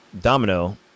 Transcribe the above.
Domino